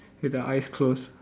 with the eyes closed